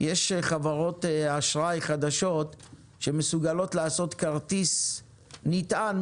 יש חברות אשראי חדשות שמסוגלות לעשות כרטיס נטען,